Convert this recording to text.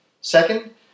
Second